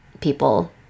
people